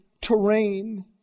terrain